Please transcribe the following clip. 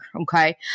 Okay